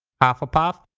hufflepuff.